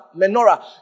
menorah